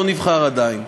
לא נבחר עדיין,